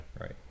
Right